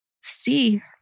see